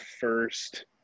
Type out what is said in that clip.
first